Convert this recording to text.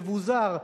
מבוזר,